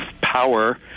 power